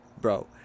bro